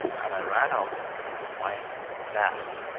and i ran out to find that!